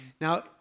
Now